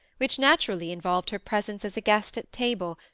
which naturally involved her presence as a guest at table,